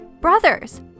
Brothers